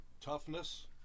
Toughness